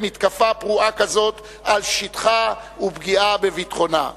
מתקפה פרועה כזאת על שטחה ופגיעה בביטחונה.